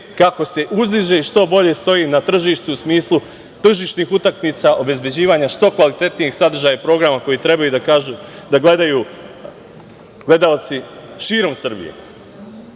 kako se uzdiže i što bolje stoji na tržištu u smislu tržišnih utakmica, obezbeđivanja što kvalitetnijeg sadržaja i programa koji trebaju da kažu, da gledaju gledaoci širom Srbije. To